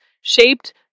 shaped